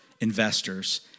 investors